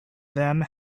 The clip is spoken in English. them